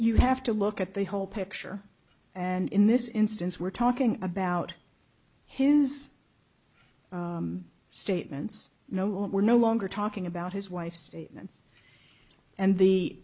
you have to look at the whole picture and in this instance we're talking about his statements no we're no longer talking about his wife statements and the